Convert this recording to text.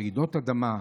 רעידות אדמה,